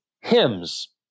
hymns